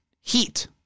heat